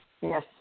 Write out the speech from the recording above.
Yes